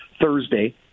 Thursday